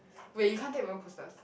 wait you can't take roller coasters